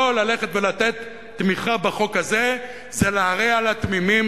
לא ללכת ולתת תמיכה בחוק הזה זה להרע לתמימים